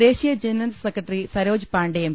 ദേശീയ general secretary Saroj Pandey M